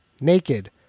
naked